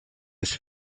his